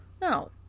No